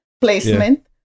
placement